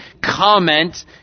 comment